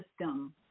system